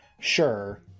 sure